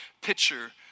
picture